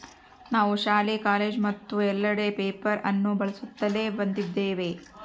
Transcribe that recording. ನಾವು ಶಾಲೆ, ಕಾಲೇಜು ಮತ್ತು ಎಲ್ಲೆಡೆ ಪೇಪರ್ ಅನ್ನು ಬಳಸುತ್ತಲೇ ಬಂದಿದ್ದೇವೆ